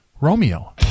Romeo